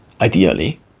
ideally